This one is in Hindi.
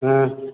हाँ